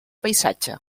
paisatge